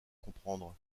comprendre